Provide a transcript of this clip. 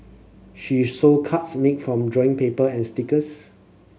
she sold cards made from drawing paper and stickers